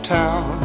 town